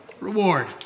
Reward